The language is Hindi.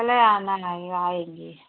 कल ही आना है आएँगे